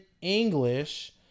English